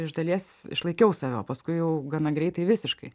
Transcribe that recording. iš dalies išlaikiau save o paskui jau gana greitai visiškai